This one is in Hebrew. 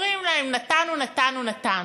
אומרים להם: נתנו, נתנו, נתנו,